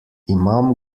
imam